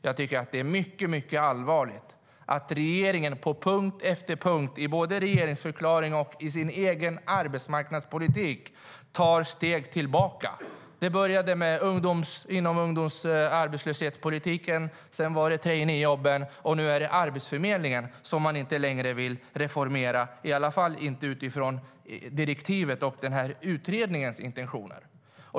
Jag tycker att det är mycket allvarligt att regeringen på punkt efter punkt, både i regeringsförklaringen och i sin egen arbetsmarknadspolitik, tar steg tillbaka. Det började med ungdomsarbetslöshetspolitiken, sedan var det traineejobben och nu är det Arbetsförmedlingen som man inte längre vill reformera, i varje fall inte utifrån utredningens direktiv och intentioner.